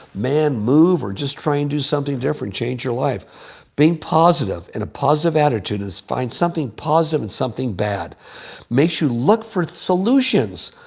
man, move or just try and do something different. change your life being positive and a positive attitude. find something positive and something bad makes you look for solutions.